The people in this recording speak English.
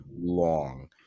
long